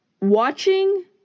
Watching